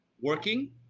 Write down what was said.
working